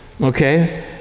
okay